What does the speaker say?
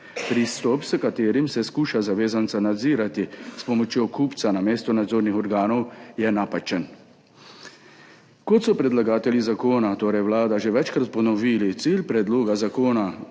Pristop, s katerim se skuša zavezanca nadzirati s pomočjo kupca namesto nadzornih organov, je napačen. Kot so predlagatelji zakona, torej Vlada, že večkrat ponovili, je cilj predloga zakona